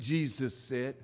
jesus said